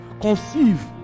Conceive